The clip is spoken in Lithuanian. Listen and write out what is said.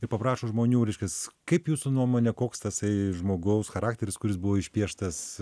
ir paprašo žmonių reiškias kaip jūsų nuomone koks tasai žmogaus charakteris kuris buvo išpieštas